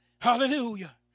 hallelujah